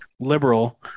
liberal